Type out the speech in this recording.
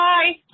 Bye